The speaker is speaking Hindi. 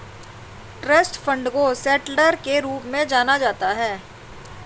ट्रस्ट फण्ड को सेटलर के रूप में जाना जाता है